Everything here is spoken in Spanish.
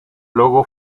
logo